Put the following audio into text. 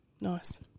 Nice